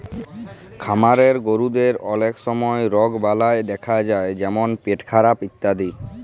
খামারের গরুদের অলক সময় রগবালাই দ্যাখা যায় যেমল পেটখারাপ ইত্যাদি